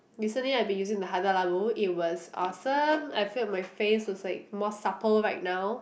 recently I have been using the Hazalago it was awesome I feel my face was like more supple right now